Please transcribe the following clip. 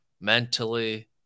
mentally